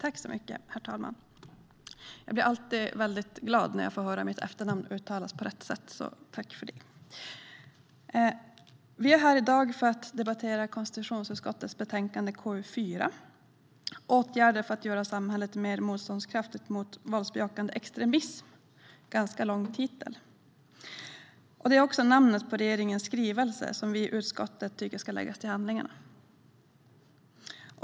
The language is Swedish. Herr talman! Jag blir alltid väldigt glad när jag får höra mitt efternamn uttalas på rätt sätt, så jag tackar herr talmannen för att han lyckades med detta när han gav mig ordet. Vi är här i dag för att debattera konstitutionsutskottets betänkande KU4, Åtgärder för att göra samhället mer motståndskraftigt mot våldsbejakande extremism - en ganska lång titel. Det är också namnet på regeringens skrivelse, som vi i utskottet tycker ska läggas till handlingarna.